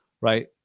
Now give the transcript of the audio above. Right